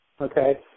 okay